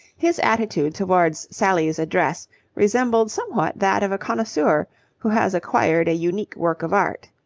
his attitude towards sally's address resembled somewhat that of a connoisseur who has acquired a unique work of art.